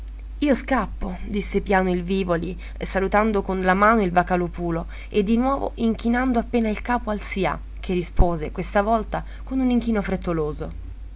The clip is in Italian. io scappo disse piano il vivoli salutando con la mano il vocalòpulo e di nuovo inchinando appena il capo al sià che rispose questa volta con un inchino frettoloso